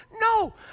No